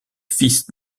fils